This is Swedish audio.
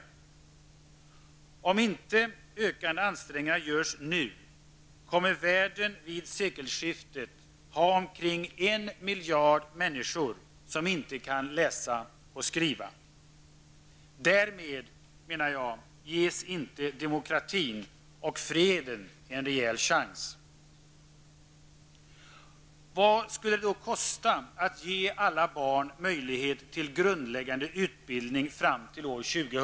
Om inte ökande ansträngningar görs nu kommer världen vid sekelskiftet att ha omkring 1 miljard människor som inte kan läsa och skriva. Därmed, menar jag, ges inte demokratin och freden en rejäl chans. Vad skulle det kosta att ge alla barn en möjlighet till grundläggande utbildning fram till år 2000?